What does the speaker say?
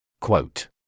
Quote